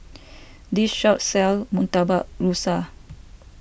this shop sells Murtabak Rusa